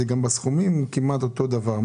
בסכומים זה כמעט אותו הדבר.